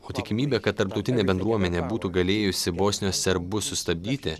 o tikimybė kad tarptautinė bendruomenė būtų galėjusi bosnijos serbus sustabdyti